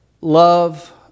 love